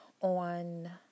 on